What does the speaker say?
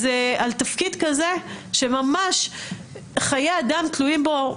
אז על תפקיד כזה שממש חיי אדם תלויים בו,